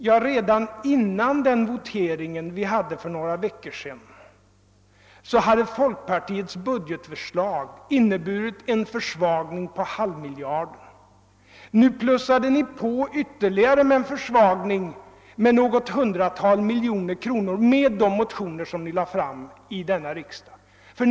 Ja, redan före den votering som ägde rum för några veckor sedan hade folkpartiets budgetförslag inneburit en för svagning med en halv miljard. Sedan föreslog ni ytterligare en försvagning med något hundratal miljoner kronor genom de motioner i skattefrågan som ni lade fram här i riksdagen.